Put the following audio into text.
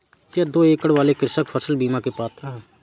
क्या दो एकड़ वाले कृषक फसल बीमा के पात्र हैं?